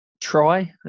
try